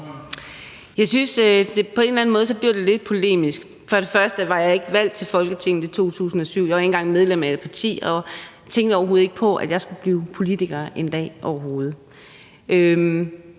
eller anden måde blev lidt polemisk. Først vil jeg sige, at jeg ikke var valgt til Folketinget i 2007, jeg var ikke engang medlem af et parti og tænkte overhovedet ikke på, at jeg skulle blive politiker en dag. Det,